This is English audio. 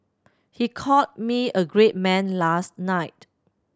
he called me a great man last night